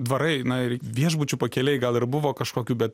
dvarai na ir viešbučių pakelėj gal ir buvo kažkokių bet